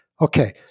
Okay